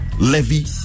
Levy